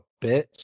bitch